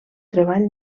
treball